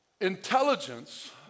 Intelligence